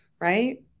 Right